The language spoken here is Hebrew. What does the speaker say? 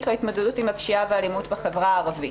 להתמודדות עם הפשיעה והאלימות בחברה הערבית,